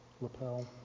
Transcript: Lapel